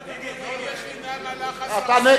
לא לחינם הלך הזרזיר אצל החזיר,